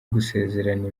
gusezerana